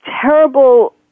terrible